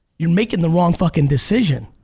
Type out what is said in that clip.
you're making the wrong fucking decision.